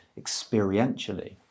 experientially